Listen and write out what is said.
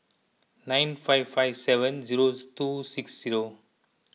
nine five five seven zero two six zero